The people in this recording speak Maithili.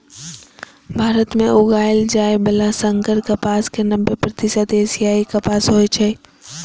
भारत मे उगाएल जाइ बला संकर कपास के नब्बे प्रतिशत एशियाई कपास होइ छै